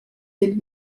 del